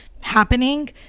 happening